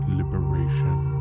liberation